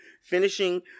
Finishing